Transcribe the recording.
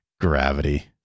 Gravity